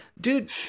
dude